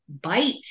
bite